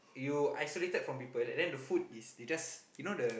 you isolated from people and then the food is you just you know the